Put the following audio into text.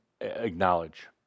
acknowledge